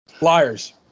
Liars